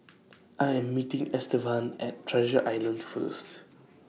I Am meeting Estevan At Treasure Island First